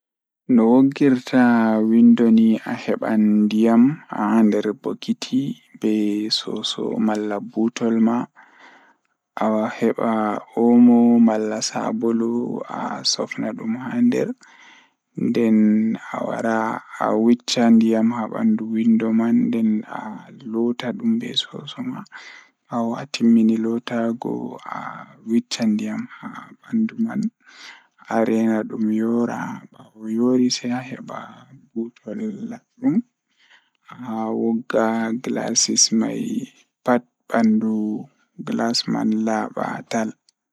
Njiddaade siki e ndiyam ngam sabu ndiyam so tawii njillataa he window, jokkondir ko to ɗaɓɓu njillataa. Njiddere caɗeele ngam fitirnde window, holla ngam waɗde so tawii cuɓɓoraa hoto, nde waawataa njabbude ngam fitirnde window ngal